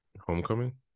Homecoming